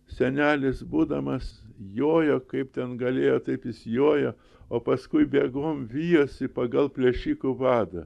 senelis būdamas jojo kaip ten galėjo taip jis jojo o paskui bėgom vijosi pagal plėšikų vadą